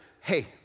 hey